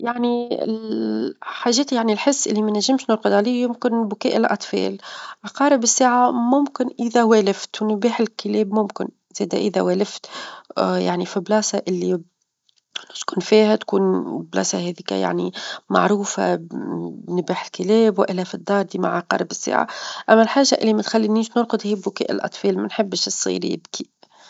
يعني الحاجات يعني نحس اللي منجمش نقعد عليه يمكن بكاء الأطفال. عقارب الساعة ممكن إذا والفت، ونباح الكلاب ممكن إذا والفت يعني في بلاصة اللى نسكن فيها تكون بلاصة هاذيك يعني معروفة بنباح الكلاب، والا في الدار ديما عقارب الساعة، أما الحاجة اللي ما تخلينيش نرقد هي بكاء الأطفال ما نحبش الصغير يبكي.